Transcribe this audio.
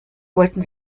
wollten